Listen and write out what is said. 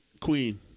Queen